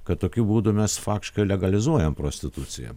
kad tokiu būdu mes faktiškai legalizuojam prostituciją